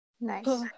nice